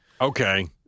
Okay